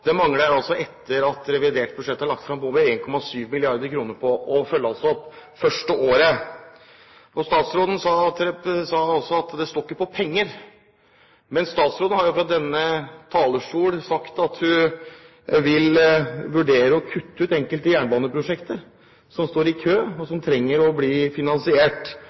nå, mangler, etter at revidert budsjett er lagt fram, over 1,7 mrd. kr på å følges opp det første året. Statsråden sa også at det ikke står på penger. Men statsråden har jo fra denne talerstol sagt at hun vil vurdere å kutte ut enkelte jernbaneprosjekter som står i kø, og som trenger å bli finansiert.